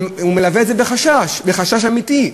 הוא מלווה את זה בחשש, בחשש אמיתי.